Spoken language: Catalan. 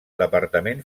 departament